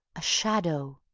a shadow!